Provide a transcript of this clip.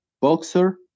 boxer